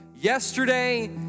yesterday